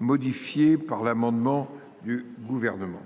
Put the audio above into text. modifié par l'amendement du Gouvernement.